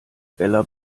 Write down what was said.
bella